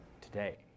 today